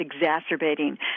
exacerbating